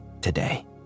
today